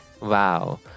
Wow